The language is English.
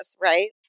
right